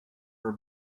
are